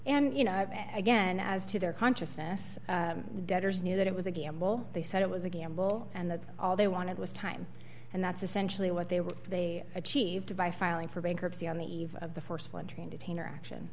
and you know again as to their consciousness debtors knew that it was a gamble they said it was a gamble and that all they wanted was time and that's essentially what they were they achieved by filing for bankruptcy on the eve of the st one train detainer action